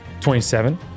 27